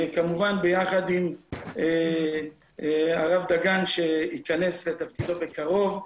כמובן ביחד עם הרב דגן שייכנס לתפקידו בקרוב.